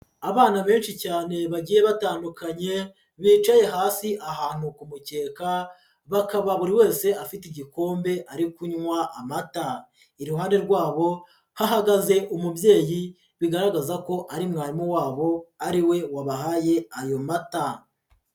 Abana benshi cyane bagiye batandukanye, bicaye hasi ahantu ku mukeka, bakaba buri wese afite igikombe ari kunywa amata, iruhande rwabo hahagaze umubyeyi, bigaragaza ko ari mwarimu wabo, ari we wabahaye ayo mata.